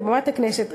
מבמת הכנסת,